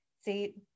See